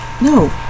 No